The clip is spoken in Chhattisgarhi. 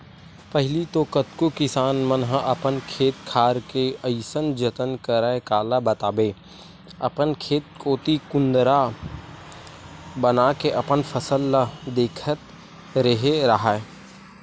पहिली तो कतको किसान मन ह अपन खेत खार के अइसन जतन करय काला बताबे अपन खेत कोती कुदंरा बनाके अपन फसल ल देखत रेहे राहय